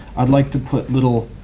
i'd like to put little